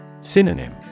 Synonym